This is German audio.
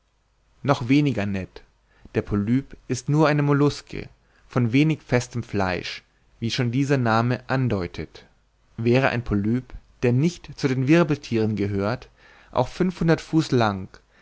noch weniger ned der polyp ist nur eine molluske von wenig festem fleisch wie schon dieser name andeutet wäre ein polyp der nicht zu den wirbelthieren gehört auch fünfhundert fuß lang